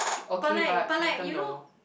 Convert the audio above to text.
okay but Kanken though